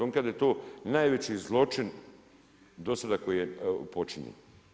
On kaže da je to najveći zločin do sada koji je počinjen.